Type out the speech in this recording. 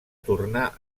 tornà